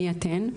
מי אתן?